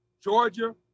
Georgia